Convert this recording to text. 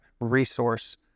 resource